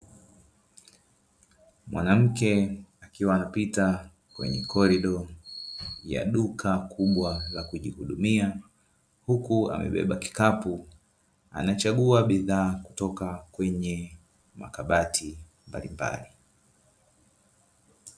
Mwanamke akiwa anapita kwenye korido ya duka kubwa la kujihudumia huku amebeba kikapu, anachagua bidhaa kutoka kwenye makabati mbalimbali.